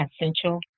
essential